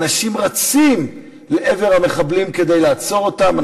אנשים רצים לעבר המחבלים כדי לעצור אותם,